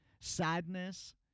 sadness